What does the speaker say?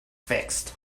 fixed